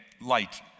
light